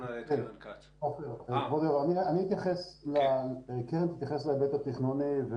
קרן תתייחס להיבט התכנוני.